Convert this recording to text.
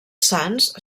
sants